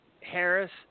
Harris